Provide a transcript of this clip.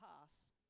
pass